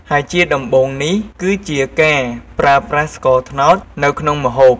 ហើយជាដំបូងនេះ គឺជាការប្រើប្រាស់ស្ករត្នោតនៅក្នុងម្ហូប។